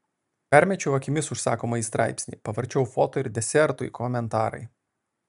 permečiau akimis užsakomąjį straipsnį pavarčiau foto ir desertui komentarai